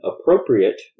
appropriate